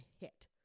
hit